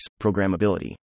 programmability